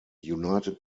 united